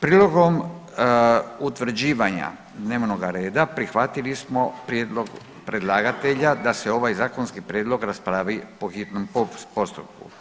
Prilikom utvrđivanja dnevnoga reda prihvatili smo prijedlog predlagatelja da se ovaj zakonski prijedlog raspravi po hitnom postupku.